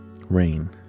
rain